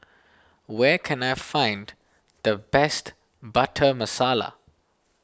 where can I find the best Butter Masala